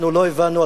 אנחנו לא הבנו,